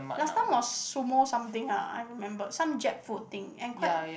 last time was sumo something ah I remember some Jap food thing and quite